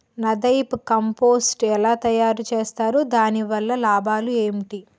NADEP compost ఎలా తయారు చేస్తారు? దాని వల్ల లాభాలు ఏంటి?